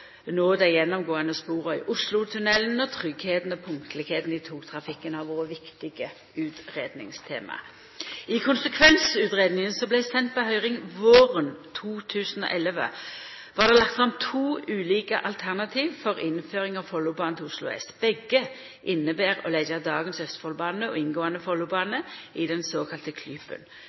nå dei gjennomgåande spora i Oslotunnelen og tryggleiken og punktlegheita i togtrafikken har vore viktige utgreiingstema. I konsekvensutgreiinga som vart send på høyring våren 2011, vart det lagt fram to ulike alternativ for innføringa av Follobanen til Oslo S. Begge inneber å leggja dagens Østfoldbane og inngåande Follobane i den såkalla